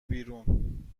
بیرون